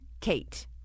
Kate